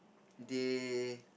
they